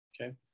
okay